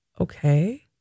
okay